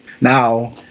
Now